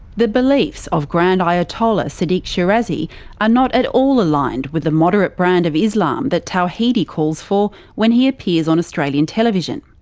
the beliefs of grand ayatollah sadiq shirazi are not at all aligned with the moderate brand of islam that tawhidi calls for when he appears on australian television.